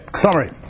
Summary